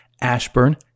Ashburn